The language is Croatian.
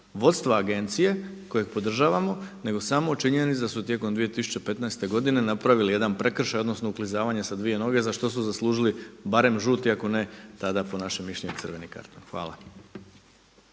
vodstva agencije kojeg podržavamo nego samo o činjenici da su tijekom 2015. godine napravili jedan prekršaj odnosno uklizavanje sa dvije noge za što su zaslužili barem žuti ako ne tada po našem mišljenju crveni karton. Hvala.